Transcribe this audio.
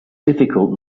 difficult